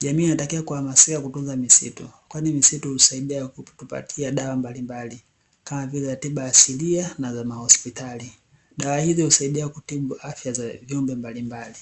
Jamii inatakiwa kuhamasika kutunza misitu kwani misitu husaidia kutupatia dawa mbalimbali, kama vile za tiba asilia na za mahospitali. Dawa hizi husaidia kutibu afya za viumbe mbalimbali.